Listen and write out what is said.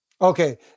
Okay